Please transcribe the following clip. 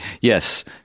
Yes